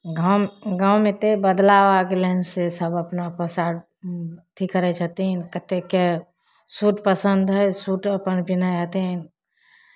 गाँव गाँवमे अत्ते बदलाब आ गेलै है से सभ अपना पसार की करै छथिन कत्तेके सूट पसन्द है सूट अपने पहिनै हेथिन